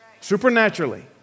Supernaturally